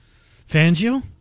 Fangio